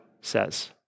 says